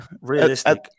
Realistic